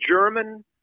German